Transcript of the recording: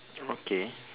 okay